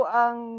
ang